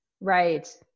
right